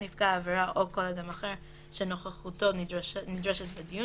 נפגע העבירה או כל אדם אחר שנוכחותו נדרשת בדיון,